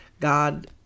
God